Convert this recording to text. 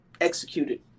executed